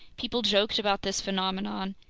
people joked about this phenomenon,